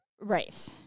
Right